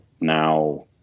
Now